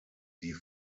die